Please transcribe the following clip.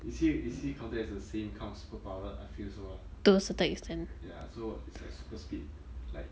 is he is he counted as the same kind of superpower I feel so ah ya so it's like super speed like